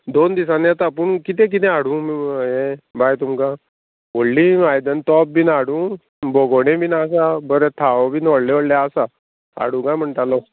दोन दिसान येता पूण कितें कितें हाडूं हें बाय तुमकां व्हडलीं आयदन तोप बीन हाडूं बोगोणें बीन आसा बरें थावो बीन व्हडलें व्हडलें आसा हाडूं काय म्हणटालो